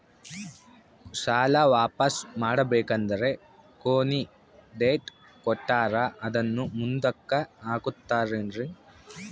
ಸಾಲ ವಾಪಾಸ್ಸು ಮಾಡಬೇಕಂದರೆ ಕೊನಿ ಡೇಟ್ ಕೊಟ್ಟಾರ ಅದನ್ನು ಮುಂದುಕ್ಕ ಹಾಕುತ್ತಾರೇನ್ರಿ?